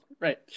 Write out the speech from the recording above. Right